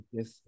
Yes